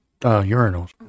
urinals